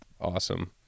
awesome